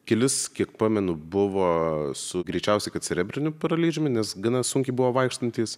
kelis kiek pamenu buvo su greičiausiai cerebriniu paralyžiumi nes gana sunkiai buvo vaikštantys